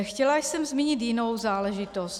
Chtěla jsem zmínit jinou záležitost.